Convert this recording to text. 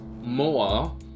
more